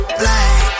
black